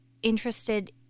interested